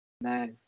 Nice